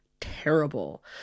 terrible